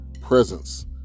presence